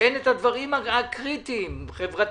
כשאין את הדברים הקריטיים, חברתית,